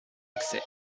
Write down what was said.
excès